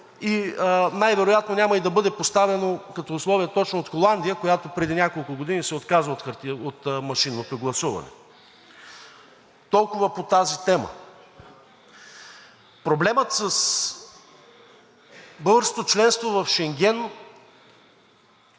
и най-вероятно няма и да бъде поставено като условие точно от Холандия, която преди няколко години се отказа от машинното гласуване. Толкова по тази тема. Проблемът с българското членство в Шенген